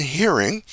hearing